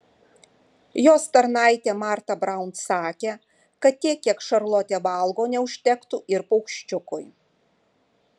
jos tarnaitė marta braun sakė kad tiek kiek šarlotė valgo neužtektų ir paukščiukui